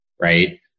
right